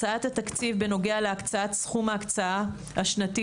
הצעת התקציב בנוגע להקצאת סכום ההקצאה השנתי